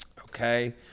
okay